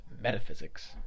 metaphysics